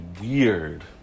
weird